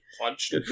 punched